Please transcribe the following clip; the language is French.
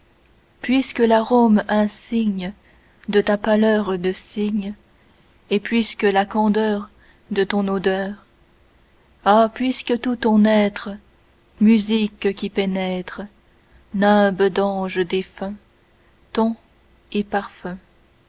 puisque l'arôme insigne de ta pâleur de cygne et puisque la candeur de ton odeur ah puisque tout ton être musique qui pénètre nimbes d'anges défunts tons et parfums